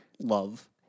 love